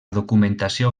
documentació